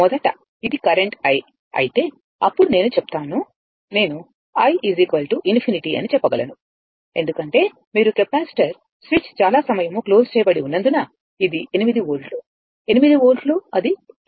మొదట ఇది current i అయితే అప్పుడు నేను చెప్తాను నేను i ∞ అని చెప్పగలను ఎందుకంటే మీరు కెపాసిటర్ స్విచ్ చాలా సమయం మూసి వేయబడి ఉన్నందున ఇది 8 వోల్ట్ 8 వోల్ట్ అది కిలో Ω